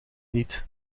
niet